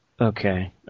Okay